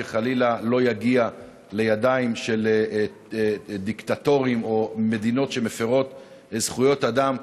שחלילה לא יגיע לידיים של דיקטטורים או מדינות שמפירות זכויות אדם.